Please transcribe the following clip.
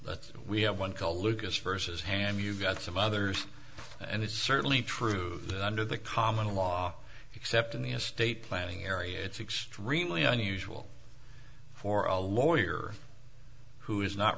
what we have one call lucas versus ham you got some others and it's certainly true under the common law except in the estate planning area it's extremely unusual for a lawyer who is not